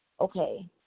okay